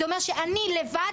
זה אומר שאני לבד,